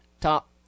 top